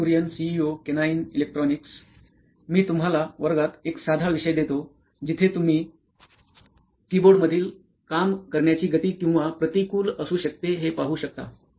Nitin Kurian COO Canine Electronics मी तुम्हाला वर्गात एक साधा विषय देतो जिथे तुम्ही कीबोर्ड मधील काम करण्याची गती किती प्रतिकूल असू शकते हे पाहू शकता